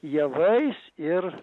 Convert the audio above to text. javais ir